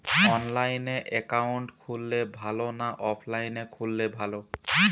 অনলাইনে একাউন্ট খুললে ভালো না অফলাইনে খুললে ভালো?